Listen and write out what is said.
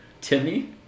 Timmy